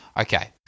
okay